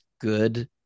good